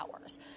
hours